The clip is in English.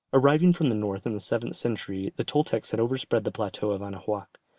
arriving from the north in the seventh century the toltecs had overspread the plateau of anahuac.